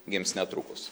gims netrukus